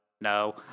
no